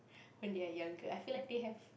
when they are younger I feel like they have